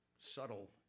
subtle